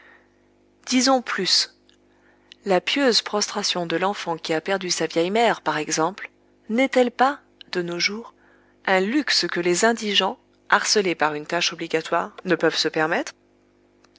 disons plus la pieuse prostration de l'enfant qui a perdu sa vieille mère par exemple n'est-elle pas de nos jours un luxe que les indigents harcelés par une tâche obligatoire ne peuvent se permettre